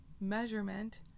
measurement